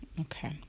Okay